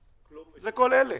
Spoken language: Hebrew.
זה כל אלה,